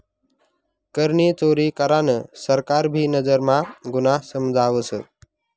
करनी चोरी करान सरकार भी नजर म्हा गुन्हा समजावस